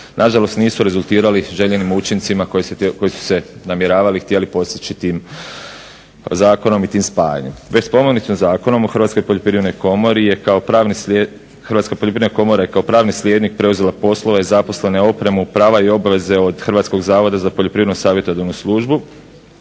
nažalost nisu rezultati željenim učincima koji su se namjeravali, htjeli postići tim zakonom i spajanjem. Već spomenutim Zakonom o Hrvatskoj poljoprivrednoj komori Hrvatska poljoprivredna komora je kao pravni sljednik preuzela poslove, zaposlene, opremu, prava i obveze od Hrvatskog zavoda za Poljoprivredno savjetodavnu službu,